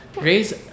Raise